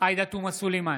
עאידה תומא סלימאן,